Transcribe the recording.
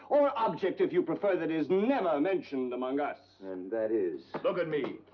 or object, if you prefer, that is never mentioned among us. and that is? look at me!